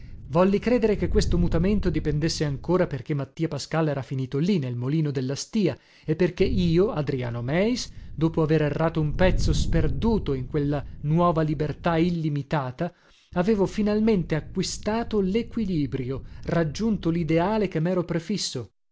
volli credere che questo mutamento dipendesse ancora perché mattia pascal era finito lì nel molino della stìa e perché io adriano meis dopo avere errato un pezzo sperduto in quella nuova libertà illimitata avevo finalmente acquistato lequilibrio raggiunto lideale che mero prefisso